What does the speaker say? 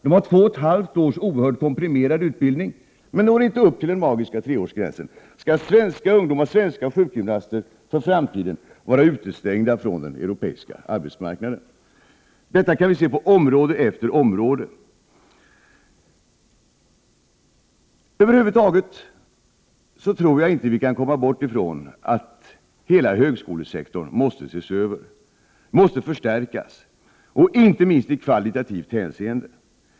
De har två och ett halvt års oerhört komprimerad utbildning, men de når inte upp till den magiska treårsgränsen. Skall svenska ungdomar och svenska sjukgymnaster för all framtid vara utestängda från den europeiska arbetsmarknaden? Vi kan se detta problem på område efter område. Över huvud taget kan vi nog inte bortse ifrån att hela högskolesektorn måste ses över. Den måste förstärkas, inte minst i kvalitativt hänseende.